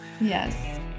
Yes